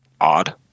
Odd